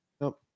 no